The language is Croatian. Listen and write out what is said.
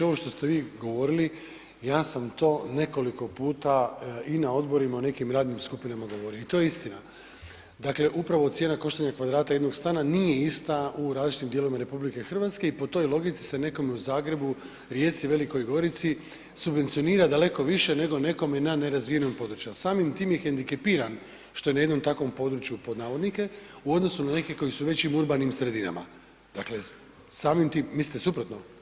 Ovo što ste vi govorili, ja sam to nekoliko puta i na odborima i nekim radnim skupinama govori i to je istina, dakle upravo cijena koštanja kvadrata jednog stana nije ista u različitim dijelovima RH i po toj logici se nekome u Zagrebu, Rijeci, Velikoj Gorici subvencionira daleko više nego nekome na nerazvijenom području a samim time je i „hendikepiran“ što na jednom takvom području u odnosu na neke koji u većim urbanim sredinama. … [[Upadica sa strane, ne razumije se.]] Dakle, samim time, mislite suprotno?